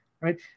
Right